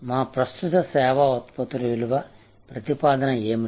మా ప్రస్తుత సేవా ఉత్పత్తుల విలువ ప్రతిపాదన ఏమిటి